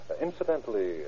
Incidentally